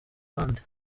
bandi